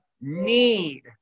need